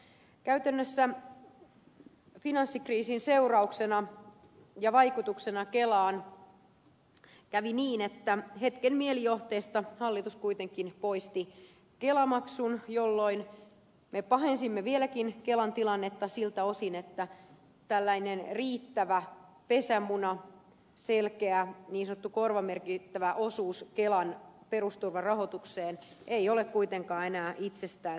käytännössä finanssikriisin seurauksena ja vaikutuksena kelaan kävi niin että hetken mielijohteesta hallitus kuitenkin poisti kelamaksun jolloin me pahensimme vieläkin kelan tilannetta siltä osin että tällainen riittävä pesämuna selkeä niin sanottu korvamerkittävä osuus kelan perusturvan rahoitukseen ei ole kuitenkaan enää itsestäänselvää